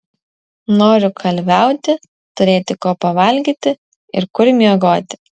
noriu kalviauti turėti ko pavalgyti ir kur miegoti